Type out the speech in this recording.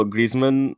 Griezmann